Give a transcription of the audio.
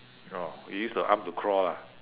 oh they use the arm to crawl lah